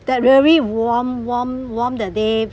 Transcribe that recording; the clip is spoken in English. that really warm warm warm the day